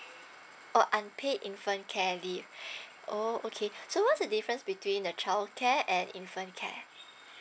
orh unpaid infant care leave orh okay so what's the difference between the childcare and infant care